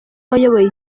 wayoboye